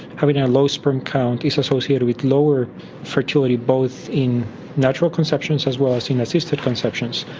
having a low sperm count is associated with lower fertility, both in natural conceptions as well as in assisted conceptions.